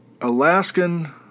Alaskan